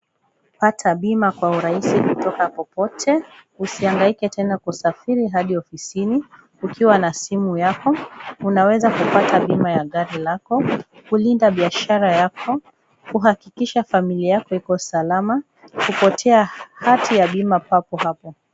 Pata bima kwa urahisi kutoka popote, usihangaike tena kusafiri hadi ofisini, ukiwa na simu yako unaweza kupata bima ya gari lako, kulinda biashara yako, kuhakikisha familia yako iko salama, kupokea hati ya bima hapo hapo.